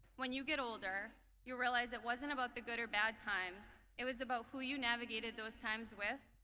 when you get older you realize it wasn't about the good or bad times, it was about who you navigated those times with,